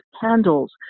candles